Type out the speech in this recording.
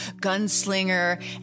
gunslinger